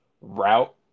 route